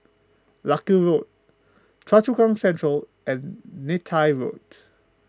Larkhill Road Choa Chu Kang Central and Neythai Road